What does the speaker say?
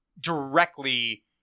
directly